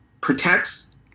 protects